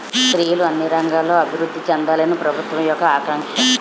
స్త్రీలు అన్ని రంగాల్లో అభివృద్ధి చెందాలని ప్రభుత్వం యొక్క ఆకాంక్ష